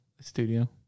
studio